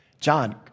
John